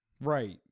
Right